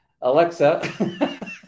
Alexa